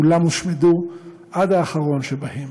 כולם הושמדו עד האחרון שבהם.